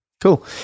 Cool